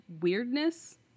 weirdness